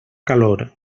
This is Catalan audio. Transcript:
calor